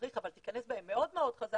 שצריך אבל תיכנס בהן מאוד חזק,